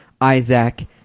Isaac